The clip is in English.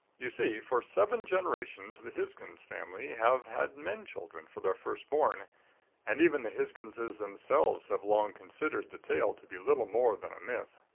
you see, for seven generations the hisgins family have had men children for their first-born and even the hisginses themselves have long considered the tale to be little more than a myth.